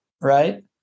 right